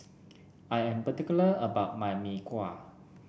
I am particular about my Mee Kuah